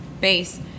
base